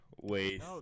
waste